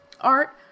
art